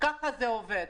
כך זה עובד.